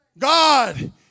God